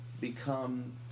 become